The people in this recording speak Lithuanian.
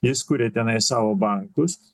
jis kuria tenais savo bankus